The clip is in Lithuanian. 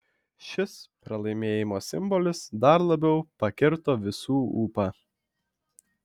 šis pralaimėjimo simbolis dar labiau pakirto visų ūpą